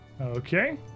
Okay